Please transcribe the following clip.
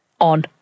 on